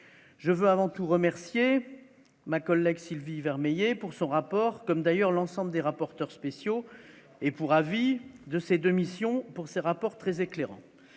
je veux avant tout remercier ma collègue Sylvie Vermeillet pour son rapport comme d'ailleurs l'ensemble des rapporteurs spéciaux et pour avis de ces 2 missions, pour ses rapports très éclairant,